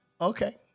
okay